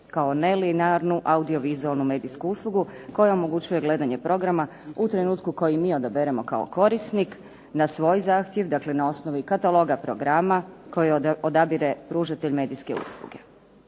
kao nelinearnu audiovizualnu medijsku uslugu, koja omogućuje gledanje programa u trenutku koji mi odaberemo kao korisnik na svoj zahtjev, dakle na osnovi kataloga programa koji odabire pružatelj medijske usluge.